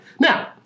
Now